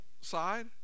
side